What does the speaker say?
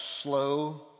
slow